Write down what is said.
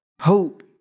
hope